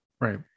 Right